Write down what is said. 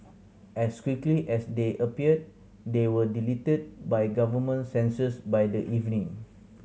as quickly as they appeared they were deleted by government censors by the evening